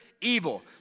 evil